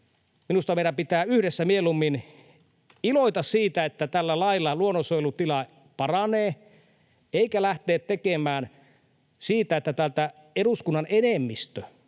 minusta meidän pitää yhdessä mieluummin iloita siitä, että tällä lailla luonnonsuojelun tila paranee, eikä pidä lähteä tekemään siitä, että täältä eduskunnan enemmistö,